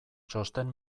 txosten